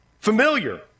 familiar